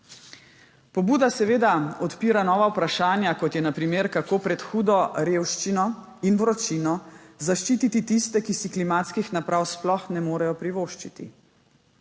Pobuda seveda odpira nova vprašanja, kot je na primer, kako pred hudo revščino in vročino zaščititi tiste, ki si klimatskih naprav sploh ne morejo privoščiti.